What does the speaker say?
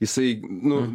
jisai nu